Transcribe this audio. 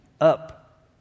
up